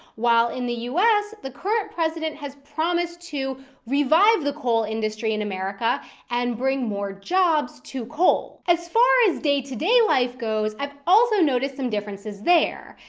while in the u s. the current president has promised to revive the coal industry in america and bring more jobs to coal. as far as day to day life goes, i've also noticed some differences there.